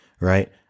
Right